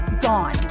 gone